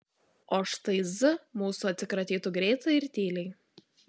o štai z mūsų atsikratytų greitai ir tyliai